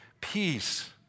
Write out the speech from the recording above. peace